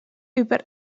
über